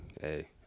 hey